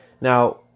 Now